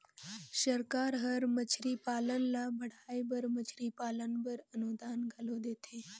सरकार हर मछरी पालन ल बढ़ाए बर मछरी पालन बर अनुदान घलो देथे